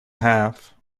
have